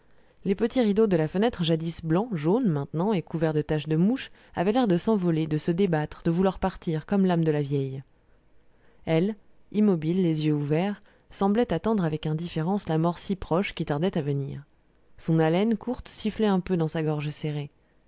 les petits rideaux de la fenêtre jadis blancs jaunes maintenant et couverts de taches de mouche avaient l'air de s'envoler de se débattre de vouloir partir comme l'âme de la vieille elle immobile les yeux ouverts semblait attendre avec indifférence la mort si proche qui tardait à venir son haleine courte sifflait un peu dans sa gorge serrée